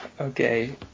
Okay